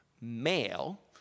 male